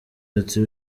ati